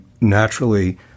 naturally